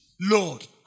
Lord